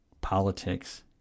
politics